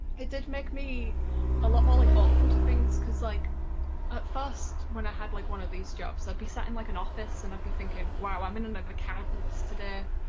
it did make me a lot more like open to things because like at first when i had like one of these jobs, i'd be sat in like an office and i'd be thinking wow, i'm in and but an accountants today,